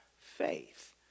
faith